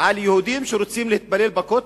על יהודים שרוצים להתפלל בכותל?